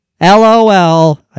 LOL